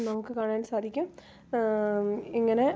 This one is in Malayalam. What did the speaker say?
നമുക്ക് കാണാൻ സാധിക്കും ഇങ്ങനെ